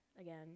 again